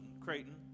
Creighton